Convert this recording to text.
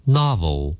novel